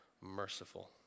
merciful